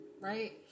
right